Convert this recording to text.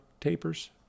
tapers